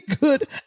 good